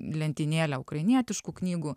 lentynėlę ukrainietiškų knygų